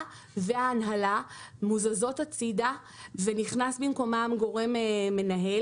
וההנהלה מוזזות הצידה ונכנס במקומן גורם מנהל.